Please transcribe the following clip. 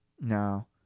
Now